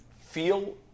feel